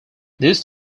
these